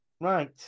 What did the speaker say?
Right